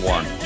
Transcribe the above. One